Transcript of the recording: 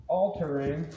altering